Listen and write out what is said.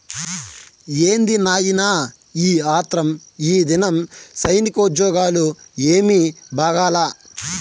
ఏంది నాయినా ఈ ఆత్రం, ఈదినం సైనికోజ్జోగాలు ఏమీ బాగాలా